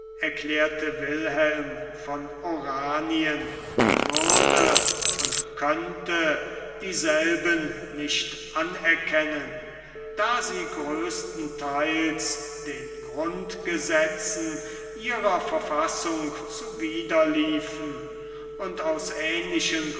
erklärte wilhelm von oranien würde und könnte dieselben nicht anerkennen da sie größtenteils den grundgesetzen ihrer verfassung zuwider liefen und aus ähnlichen